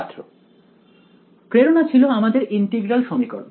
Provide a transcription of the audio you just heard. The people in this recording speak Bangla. ছাত্র প্রেরণা ছিল আমাদের ইন্টিগ্রাল সমীকরণ